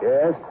Yes